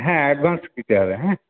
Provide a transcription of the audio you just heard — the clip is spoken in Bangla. হ্যাঁ অ্যাডভান্স দিতে হবে হ্যাঁ